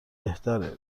بهتره